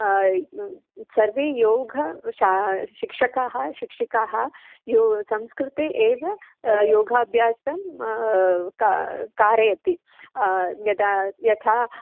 सर्वे योग शा शिक्षकाः शिक्षिकाः यो संस्कृते एव योगाभ्यासं का कारयति यदा यथा